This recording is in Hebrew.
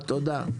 תודה.